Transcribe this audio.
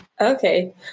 Okay